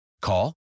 Call